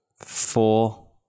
Four